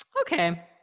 Okay